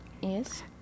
Yes